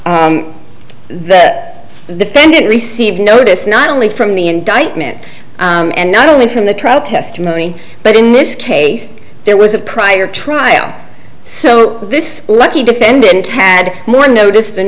and the defendant received notice not only from the indictment and not only from the trial testimony but in this case there was a prior trial so this lucky defendant had more notice than